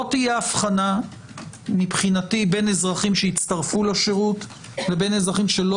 לא תהיה אבחנה מבחינתי בין אזרחים שהצטרפו לשירות לבין אזרחים שלא